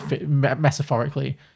metaphorically